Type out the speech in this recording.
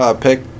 pick